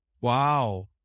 Wow